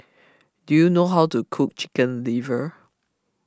do you know how to cook Chicken Liver